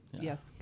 yes